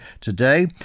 today